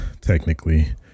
technically